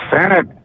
Senate